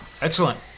Excellent